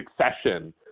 succession